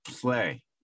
play